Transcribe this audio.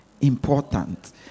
important